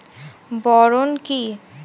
Boron কি?